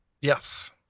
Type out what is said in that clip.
Yes